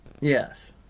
Yes